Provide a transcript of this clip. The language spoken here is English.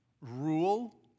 Rule